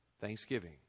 thanksgiving